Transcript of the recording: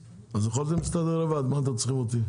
יכולתם להסתדר לבד, בשביל מה אתם צריכים אותי?